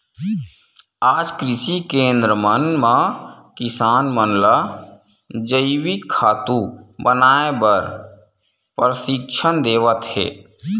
आज कृषि केंद्र मन म किसान मन ल जइविक खातू बनाए बर परसिक्छन देवत हे